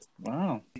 Wow